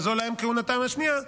שזו להם כהונתם השנייה,